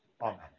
Amen